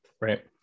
right